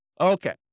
Okay